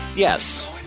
Yes